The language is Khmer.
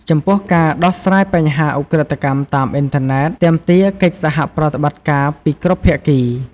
ចំពោះការដោះស្រាយបញ្ហាឧក្រិដ្ឋកម្មតាមអ៊ីនធឺណិត ទាមទារ កិច្ចសហប្រតិបត្តិការពីគ្រប់ភាគី។